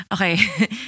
Okay